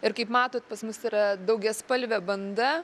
ir kaip matot pas mus yra daugiaspalvė banda